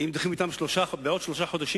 ואם דוחים בעוד שלושה חודשים,